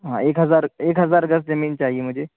ہاں ایک ہزار ایک ہزار گز زمیں چاہیے مجھے